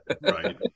Right